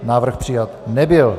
Návrh přijat nebyl.